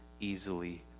easily